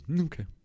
Okay